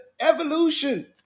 evolution